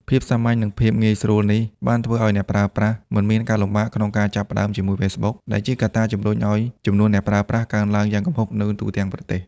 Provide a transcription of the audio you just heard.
ភាពសាមញ្ញ និងភាពងាយស្រួលនេះ បានធ្វើឲ្យអ្នកប្រើប្រាស់ មិនមានការលំបាកក្នុងការចាប់ផ្ដើម ជាមួយ Facebook ដែលជាកត្តាជំរុញឲ្យចំនួនអ្នកប្រើប្រាស់កើនឡើងយ៉ាងគំហុកនៅទូទាំងប្រទេស។